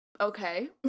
okay